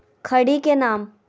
खड़ी के नाम?